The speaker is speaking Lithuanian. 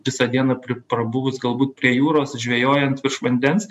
visą dieną pri prabuvus galbūt prie jūros žvejojant virš vandens